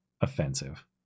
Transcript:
offensive